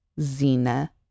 Zina